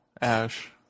Ash